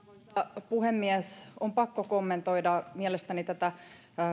arvoisa puhemies on pakko kommentoida tätä mielestäni